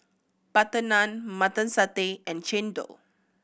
butter naan Mutton Satay and chendol